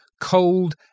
cold